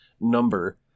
number